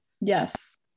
Yes